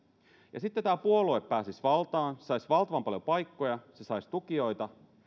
ja sitten tämä puolue pääsisi valtaan saisi valtavan paljon paikkoja saisi tukijoita